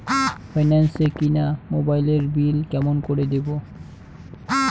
Finance এ কিনা মোবাইলের বিল কেমন করে দিবো?